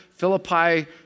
Philippi